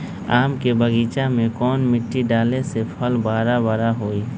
आम के बगीचा में कौन मिट्टी डाले से फल बारा बारा होई?